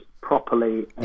properly